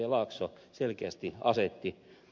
laakso selkeästi asetti